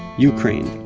ukraine,